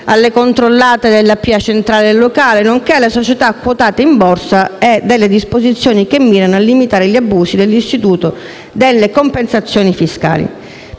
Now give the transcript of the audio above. amministrazione centrale e locale nonché alle società quotate in borsa, e delle disposizioni che mirano a limitare gli abusi dell'istituto delle compensazioni fiscali.